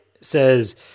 says